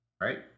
right